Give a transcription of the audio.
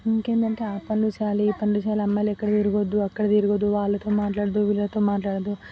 ఇంకేందంటే ఆ పనులు చెయ్యాలి ఈ పనులు చెయ్యాలి అమ్మాయిలు ఎక్కడ తిరగొద్దు అక్కడ తిరగొద్దు వాళ్ళతో మాట్లాడద్దు వీళ్ళతో మాట్లాడద్దు